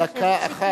דקה אחת,